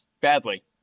badly